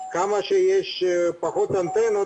כמה שיש פחות אנטנות,